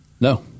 No